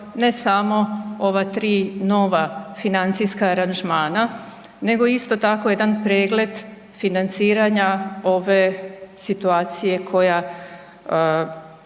ne samo ova tri nova financijska aranžmana nego isto tako jedan pregled financiranja ove situacije koja